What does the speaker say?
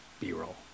B-roll